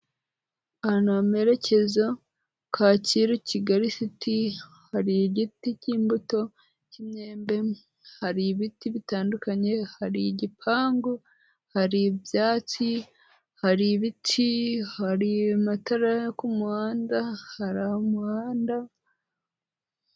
Aya ni amerekeze Kacyiru Kigali siti, hari igiti cy'imbuto cy'imyembe, hari ibiti bitandukanye, hari igipangu, hari ibyatsi, hari ibiti, hari amatara yo ku muhanda, hari umuhanda.